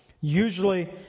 Usually